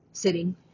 Sitting